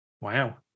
wow